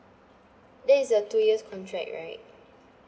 that is a two years contract right